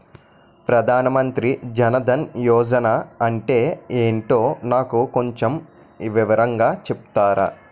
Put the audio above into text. ప్రధాన్ మంత్రి జన్ దన్ యోజన అంటే ఏంటో నాకు కొంచెం వివరంగా చెపుతారా?